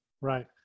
Right